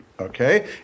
okay